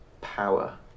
Power